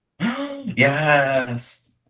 Yes